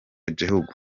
gihugu